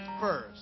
first